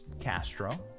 Castro